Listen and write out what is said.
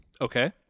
okay